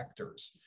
vectors